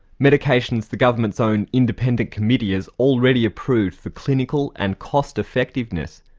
medications the government's own independent committee has already approved for clinical and cost effectiveness,